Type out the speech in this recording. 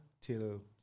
till